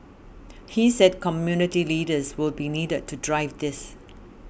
he said community leaders will be needed to drive this